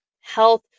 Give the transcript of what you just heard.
health